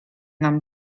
nam